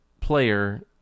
player